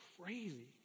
crazy